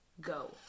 go